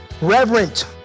reverent